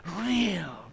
real